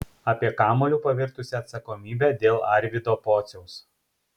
apie kamuoliu pavirtusią atsakomybę dėl arvydo pociaus